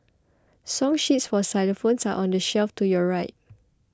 song sheets for xylophones are on the shelf to your right